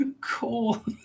cool